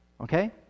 okay